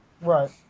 Right